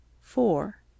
four